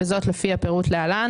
וזאת לפי הפירוט להלן.